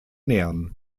nähern